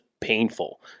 painful